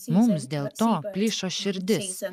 mums dėl to plyšo širdis